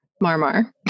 Marmar